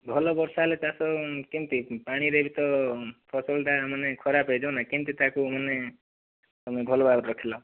ଭଲ ବର୍ଷା ହେଲେ ଚାଷ କେମିତି ପାଣିରେ ତ ଫସଲଟା ମାନେ ଖରାପ ହୋଇଯିବ ନା କେମିତି ତାକୁ ମାନେ ତୁମେ ଭଲ ଭାବରେ ରଖିଲ